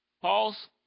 Paul's